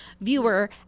viewer